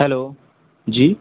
hello جی